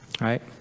Right